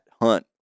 hunt